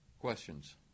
Questions